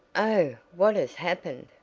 oh, what has happened!